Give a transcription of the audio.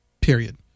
Period